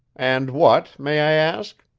and what, may i ask?